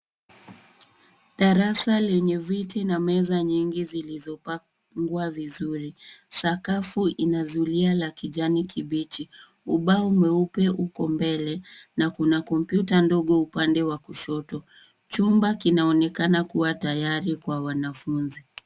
Darasa lenye viti au meza nyingi zilizopangwa vizuri. Sakafu ina zulia la kijani kibichi. Ubao mweupe uko mbele na kuna kompyuta ndogo upande wa kushoto. Chumba kinaonekana kuwa tayari kwa wanafunzi.